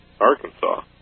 Arkansas